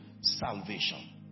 salvation